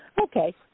Okay